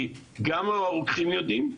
גם הרוקחים לא יודעים,